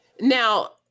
now